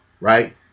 Right